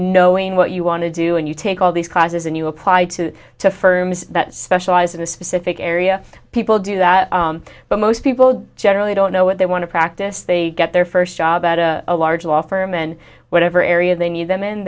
knowing what you want to do and you take all these classes and you apply to to firms that specialize in a specific area people do that but most people generally don't know what they want to practice they get their first job at a large law firm in whatever area they need the